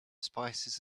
spices